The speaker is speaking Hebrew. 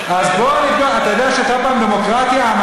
יש לנו דיאלוג מאוד עמוק עם הדמוקרטיה.